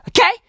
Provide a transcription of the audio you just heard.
Okay